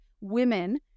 women